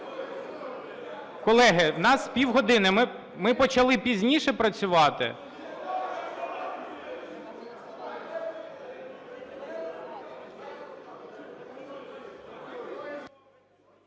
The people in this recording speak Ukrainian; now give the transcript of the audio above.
Колеги, в нас півгодини, ми почали пізніше працювати.